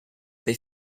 they